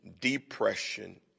depression